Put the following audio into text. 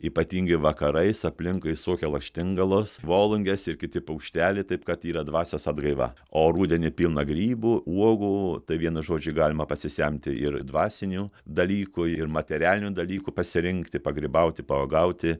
ypatingai vakarais aplinkui suokia lakštingalos volungės ir kiti paukšteliai taip kad yra dvasios atgaiva o rudenį pilna grybų uogų tai vienu žodžiu galima pasisemti ir dvasinių dalykų ir materialinių dalykų pasirinkti pagrybauti pauogauti